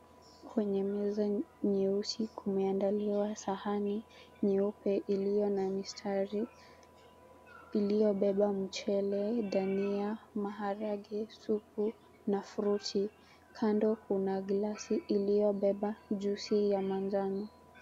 Kwenye meza nyeusi kumeandaliwa sahani nyeupe ilio na mistari iliobeba mchele, dania, maharage, supu na fruti. Kando kuna glasi iliobeba jusi ya manjano.